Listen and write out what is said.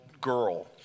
girl